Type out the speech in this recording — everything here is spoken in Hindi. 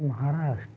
महाराष्ट्र